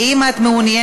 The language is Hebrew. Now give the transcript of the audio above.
אם את מעוניינת,